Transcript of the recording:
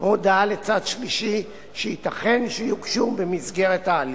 או הודעה לצד שלישי שייתכן שיוגשו במסגרת ההליך.